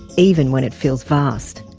even when it feels vast.